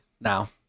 now